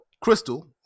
Crystal